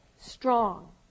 strong